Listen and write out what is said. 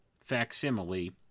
facsimile